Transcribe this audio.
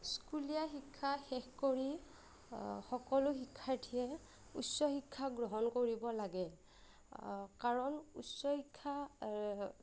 স্কুলীয়া শিক্ষা শেষ কৰি সকলো শিক্ষাৰ্থীয়ে উচ্চ শিক্ষা গ্ৰহণ কৰিব লাগে কাৰণ উচ্চ শিক্ষা